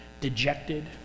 dejected